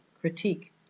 critique